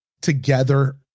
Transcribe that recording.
together